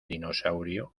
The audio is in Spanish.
dinosaurio